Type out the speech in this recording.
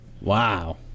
Wow